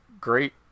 great